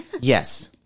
Yes